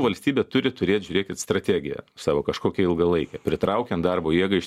valstybė turi turėt žiūrėkit strategiją savo kažkokią ilgalaikę pritraukiant darbo jėgą iš